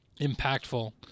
impactful